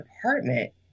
apartment